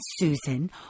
Susan